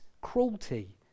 cruelty